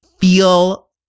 feel